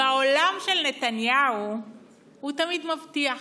בעולם של נתניהו הוא תמיד מבטיח.